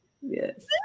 Yes